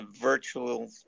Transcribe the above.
virtual